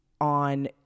on